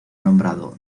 nombrado